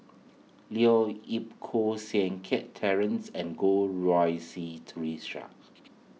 Leo Yip Koh Seng Kiat Terence and Goh Rui Si theresa